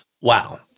Wow